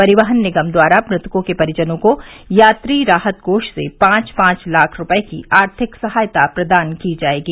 परिवहन निगम द्वारा मृतकों के परिजनों को यात्री राहत कोष से पांच पांच लाख रूपये की आर्थिक सहायता प्रदान की जायेगी